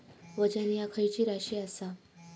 वजन ह्या खैची राशी असा?